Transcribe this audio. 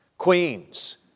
Queens